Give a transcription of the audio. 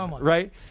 right